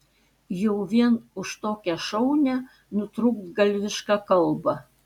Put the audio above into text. jau vien už tokią šaunią nutrūktgalvišką kalbą